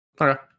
okay